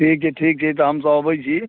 ठीक छै ठीक छै तऽ हम सब अबैत छी